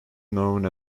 known